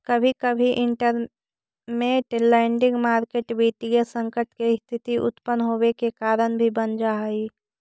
कभी कभी इंटरमेंट लैंडिंग मार्केट वित्तीय संकट के स्थिति उत्पन होवे के कारण भी बन जा हई